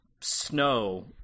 snow